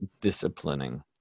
disciplining